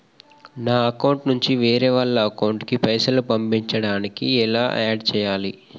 నా అకౌంట్ నుంచి వేరే వాళ్ల అకౌంట్ కి పైసలు పంపించడానికి ఎలా ఆడ్ చేయాలి?